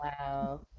Wow